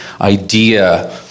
idea